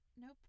Nope